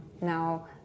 now